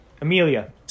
Amelia